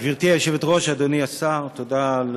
גברתי היושבת-ראש, אדוני השר, תודה על